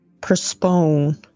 postpone